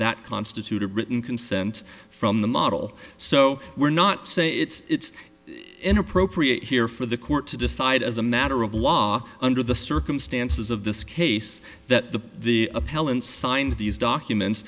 that constitute a written consent from the model so we're not saying it's inappropriate here for the court to decide as a matter of law under the circumstances of this case that the the appellant signed these documents